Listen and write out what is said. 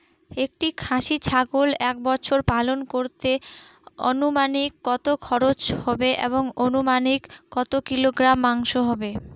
একটি খাসি ছাগল এক বছর পালন করতে অনুমানিক কত খরচ হবে এবং অনুমানিক কত কিলোগ্রাম মাংস হবে?